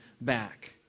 back